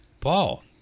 Paul